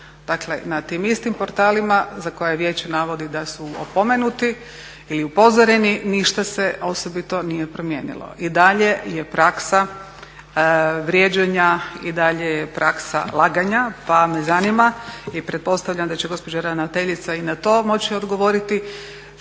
Dakle, na tim istim portalima za koje Vijeće navodi da su opomenuti ili upozoreni ništa se osobito nije promijenilo. I dalje je praksa vrijeđanja i dalje je praksa laganja, pa me zanima i pretpostavljam da će gospođa ravnateljica i na to moći odgovoriti